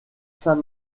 saint